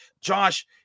Josh